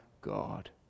God